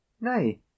Nay